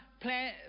plan